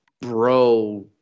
bro